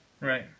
Right